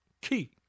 key